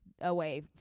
away